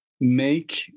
make